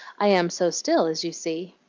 i am so still, as you see.